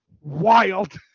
wild